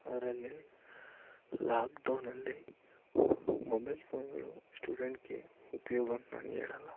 ಅರಲ್ಲಿ ಲಾಕ್ಡೌನಲ್ಲಿ ಮೊಬೈಲ್ ಫೋನ್ಗಳು ಸ್ಟೂಡೆಂಟ್ಗೆ ಉಪ್ಯೋಗಂತ ನಾನು ಹೇಳಲ್ಲ